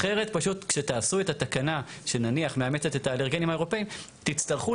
אחרת פשוט כשתעשו את התקנה שנניח מאמצת את האלרגנים האירופיים תצטרכו